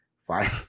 Fine